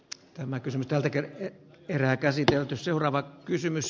tämä kysymys tälläkin erää käsitelty seuraava menty